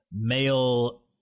male